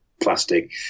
plastic